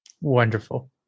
Wonderful